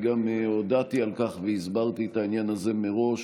גם הודעתי על כך והסברתי את העניין הזה מראש